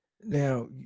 Now